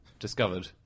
discovered